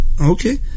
okay